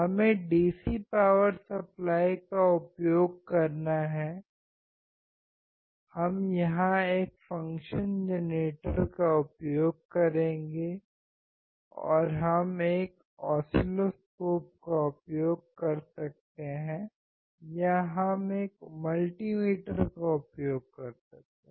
हमें DC power supply का उपयोग करना है हम यहां एक फ़ंक्शन जेनरेटर का उपयोग करेंगे और हम एक ऑसिलोस्कोप का उपयोग कर सकते हैं या हम एक मल्टीमीटर का उपयोग कर सकते हैं